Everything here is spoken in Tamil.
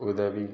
உதவி